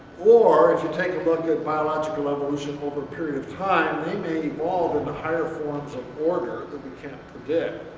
or if you take a look at biological evolution over a period of time, they may evolve into higher forms of order that we can't predict.